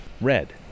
red